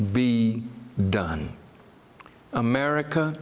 be done america